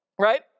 right